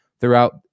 throughout